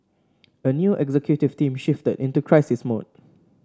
a new executive team shifted into crisis mode